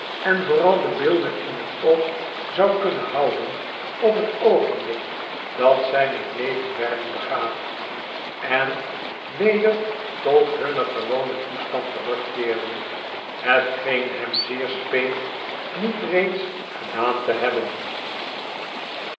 en vooral de beelden in het oog zou kunnenhouden op het oogenblik dat zj met leven werden begaafd en weder tot hunnengewonentoestand terugkeerden hetgeen hem zeer speet niet reeds gedaante hebben